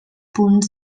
punts